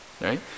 Right